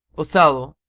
othello,